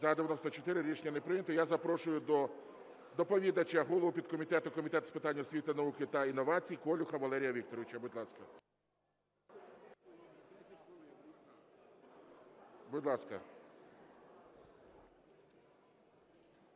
За-94 Рішення не прийнято. Я запрошую доповідача – голову підкомітету Комітету з питань освіти, науки та інновацій Колюха Валерія Вікторовича. Будь ласка. 10:58:16